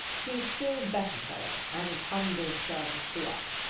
he still better fellow and humble servant to us.